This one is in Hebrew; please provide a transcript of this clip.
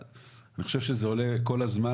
אני חושב שזה עולה כל הזמן,